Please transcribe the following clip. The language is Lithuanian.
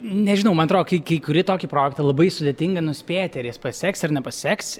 nežinau man atrodo kai kai kuri tokį projektą labai sudėtinga nuspėti ar jis pasiseks ar nepasiseks